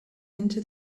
into